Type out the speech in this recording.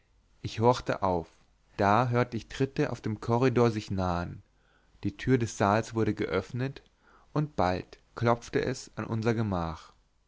ich horchte auf da hörte ich tritte auf dem korridor sich nahen die tür des saals wurde geöffnet und bald klopfte es an unser gemach